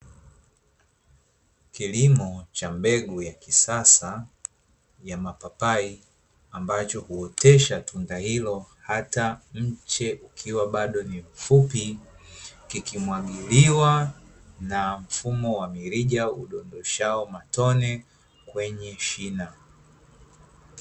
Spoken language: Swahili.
Kilimo cha mbegu ya kisasa ya mapapai, ambacho huotesha tunda hilo hata mche ukiwa bado ni mfupi, kikimwagiliwa na mfumo wa mirija urushao matone kwenye shina.